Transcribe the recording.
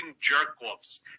jerk-offs